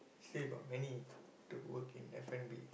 still got many to work in F-and-B